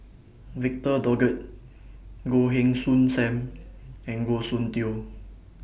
Victor Doggett Goh Heng Soon SAM and Goh Soon Tioe